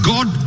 God